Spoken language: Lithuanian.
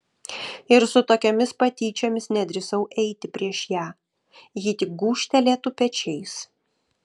ir su tokiomis patyčiomis nedrįsau eiti prieš ją ji tik gūžtelėtų pečiais